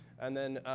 and then,